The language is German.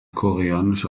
koreanische